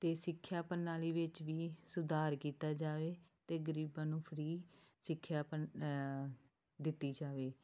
ਅਤੇ ਸਿੱਖਿਆ ਪ੍ਰਣਾਲੀ ਵਿੱਚ ਵੀ ਸੁਧਾਰ ਕੀਤਾ ਜਾਵੇ ਅਤੇ ਗਰੀਬਾਂ ਨੂੰ ਫਰੀ ਸਿੱਖਿਆ ਪਣ ਦਿੱਤੀ ਜਾਵੇ